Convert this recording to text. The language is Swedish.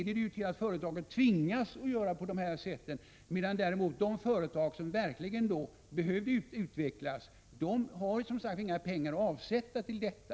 Dessa företag har tvingats göra på det här sättet, medan däremot de företag som verkligen behöver utvecklas som sagt inte har några pengar att avsätta till detta.